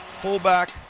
Fullback